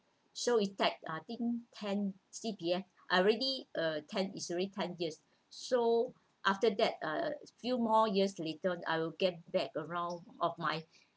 so it's that I think ten C_P_F I already uh ten recently ten years so after that uh few more years later on I will get back around of my